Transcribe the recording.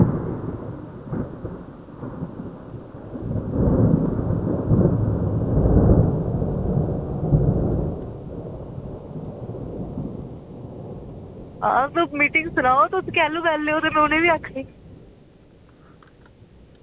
तुस मिटिंग बुलाओ ते अस उ'नेंगी बी आक्खने आं